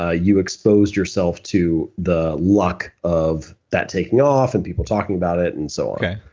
ah you expose yourself to the luck of that taking off and people talking about it and so on.